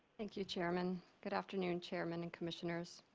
thank you chairman. good afternoon chairman and commissioners.